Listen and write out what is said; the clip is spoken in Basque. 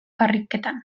karriketan